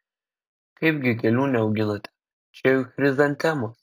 kaipgi gėlių neauginate čia juk chrizantemos